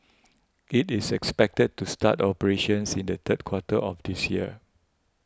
it is expected to start operations in the third quarter of this year